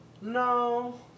No